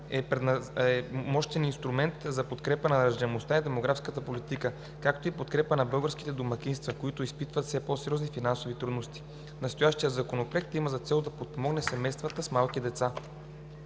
е мощен инструмент за подкрепа на раждаемостта и демографската политика, както и подкрепа на българските домакинства, които изпитват все по-сериозни финансови трудности. Настоящият законопроект има за цел да подпомогне семействата с малки деца.